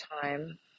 time